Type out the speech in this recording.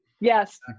Yes